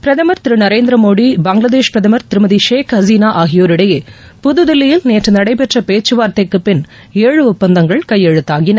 பிரதமர் திரு நரேந்திரமோடி பங்களாதேஷ் பிரதமர் திருமதி ஷேக் ஹசீனா ஆகியோரிடையே புதுதில்லியில் நேற்று நடைபெற்ற பேச்சுவார்த்தைக்கு பின் ஏழு ஒப்பந்தங்கள் கையெழுத்தாகின